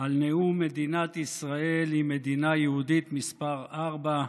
על נאום מדינת ישראל היא מדינה יהודית מס' 4,